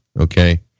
Okay